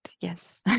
yes